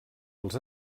els